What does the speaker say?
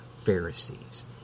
Pharisees